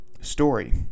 story